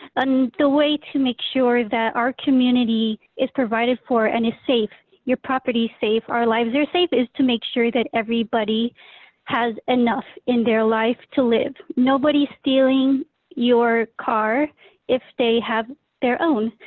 and the way to make sure that our community is provided for and is safe, your property safe, our lives are safe is to make sure that everybody has enough in their life to live. nobody's stealing your car if they have their own,